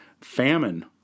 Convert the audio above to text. famine